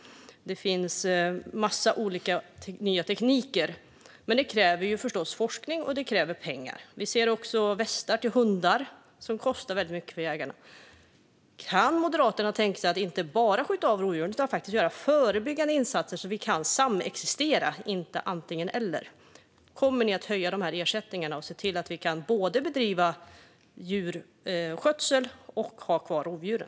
Det finns en massa olika nya tekniker, men det krävs förstås forskning och pengar. Det finns till exempel västar för hundar, som kostar väldigt mycket för jägare. Kan Moderaterna tänka sig att inte bara skjuta av rovdjur utan faktiskt också göra förebyggande insatser så att vi kan samexistera? Kommer ni att höja ersättningarna och se till att man kan både bedriva djurskötsel och ha kvar rovdjuren?